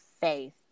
faith